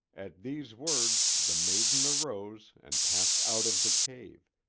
at these words the maiden arose and passed out of the cave,